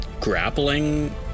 grappling